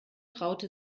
traute